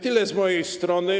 Tyle z mojej strony.